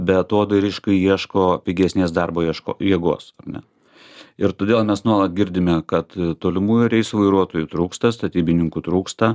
beatodairiškai ieško pigesnės darbo ieško jėgos ar ne ir todėl mes nuolat girdime kad tolimųjų reisų vairuotojų trūksta statybininkų trūksta